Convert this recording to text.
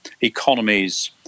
economies